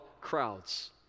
crowds